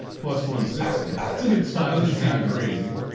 plus one sixty. it's a good spot. kind of crazy.